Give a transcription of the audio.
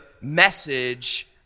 message